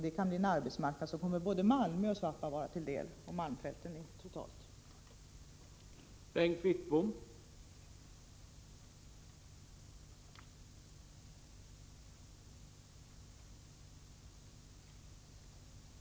Det kan bli en arbetsmarknad som kan komma både Malmö och Svappavaara liksom malmfälten totalt till del.